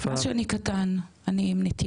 אני בן 26 היום.